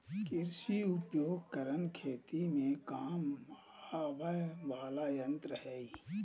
कृषि उपकरण खेती में काम आवय वला यंत्र हई